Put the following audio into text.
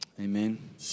Amen